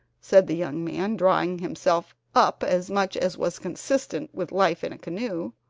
said the young man, drawing himself up as much as was consistent with life in a canoe.